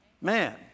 Man